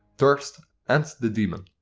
thirst and the demon.